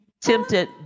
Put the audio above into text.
tempted